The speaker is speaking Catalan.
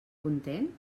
content